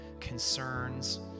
concerns